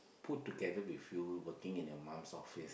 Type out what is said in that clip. put together with you working in your mum's office